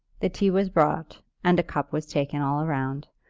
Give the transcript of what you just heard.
the tea was brought, and a cup was taken all round,